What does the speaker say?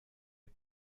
you